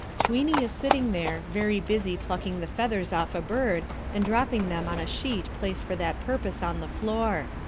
tweeny is sitting there, very busy plucking the feathers off a bird and dropping them on a sheet placed for that purpose on the floor.